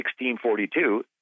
1642